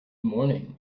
morning